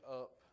up